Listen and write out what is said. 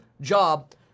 job